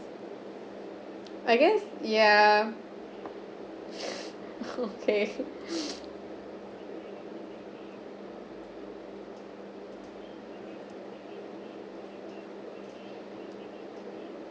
I guess yeah okay